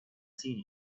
seen